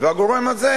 והגורם הזה,